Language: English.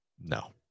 No